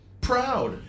Proud